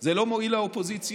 שזה לא מועיל לאופוזיציה,